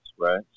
right